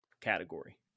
category